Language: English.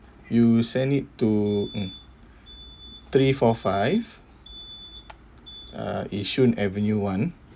you send it to mm two three four five uh yishun avenue one